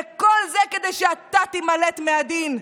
וכל זה כדי שאתה תימלט מהדין.